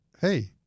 hey